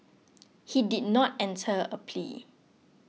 he did not enter a plea